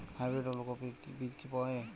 Hybrid ওলকফি বীজ কি পাওয়া য়ায়?